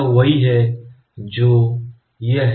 तो यह वही है जो यह है